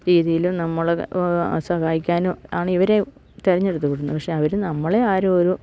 രീതിയിലും നമ്മള് സഹായിക്കാനും ആണ് ഇവരെ തെരഞ്ഞെടുത്ത് വിടുന്നത് പക്ഷെ അവര് നമ്മളെ ആരും ഒരു